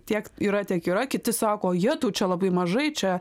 tiek yra tiek yra kiti sako o jetau čia labai mažai čia